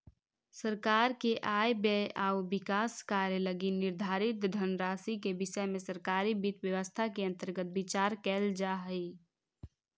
सरकार के आय व्यय आउ विकास कार्य लगी निर्धारित धनराशि के विषय में सरकारी वित्त व्यवस्था के अंतर्गत विचार कैल जा हइ